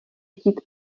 chtít